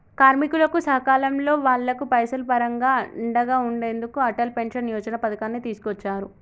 కార్మికులకు సకాలంలో వాళ్లకు పైసలు పరంగా అండగా ఉండెందుకు అటల్ పెన్షన్ యోజన పథకాన్ని తీసుకొచ్చారు